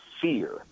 fear